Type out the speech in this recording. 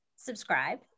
subscribe